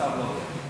מצב לא טוב,